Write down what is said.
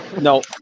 No